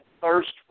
thirst